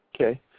Okay